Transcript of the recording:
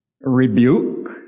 rebuke